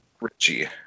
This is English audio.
Richie